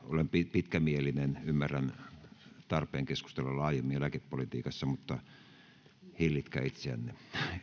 pitkämielinen ymmärrän tarpeen keskustella laajemmin eläkepolitiikasta mutta hillitkää itseänne